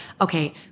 okay